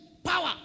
Power